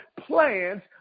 plans